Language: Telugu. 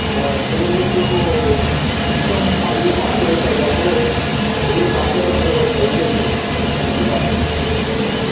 సిలబస్సు మొత్తం ఐదు పాఠ్యంశాలల్లో మూడు పాఠ్యంశాలు వరకు అయిపొయింది సార్ పూర్తిగా సో